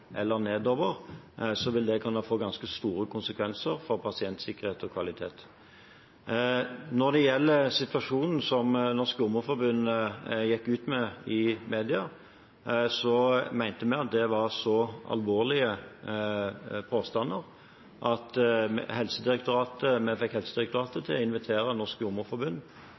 eller nedover, så vil det kunne få ganske store konsekvenser for pasientsikkerhet og kvalitet. Når det gjelder situasjonen som Jordmorforbundet gikk ut med i media: Vi mente at det var så alvorlige påstander at vi fikk Helsedirektoratet